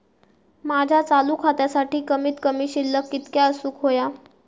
माझ्या चालू खात्यासाठी कमित कमी शिल्लक कितक्या असूक होया?